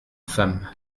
femmes